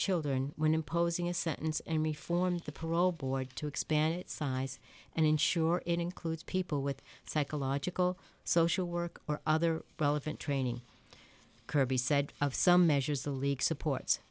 children when imposing a sentence and we formed the parole board to expand its size and ensure it includes people with psychological social work or other relevant training kirby said of some measures the league supports